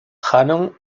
haakon